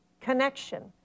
connection